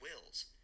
wills